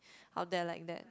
out there like that